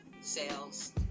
sales